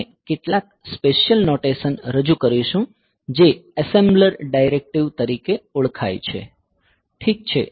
આપણે કેટલાક special notation રજૂ કરીશું જે એસેમ્બલર ડાયરેક્ટિવ તરીકે ઓળખાય છે ઠીક છે